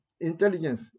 intelligence